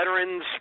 veterans